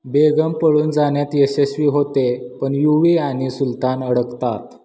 बेगम पळून जाण्यात यशस्वी होते पण युवी आणि सुलतान अडकतात